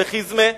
בחיזמה,